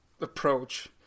approach